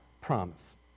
promise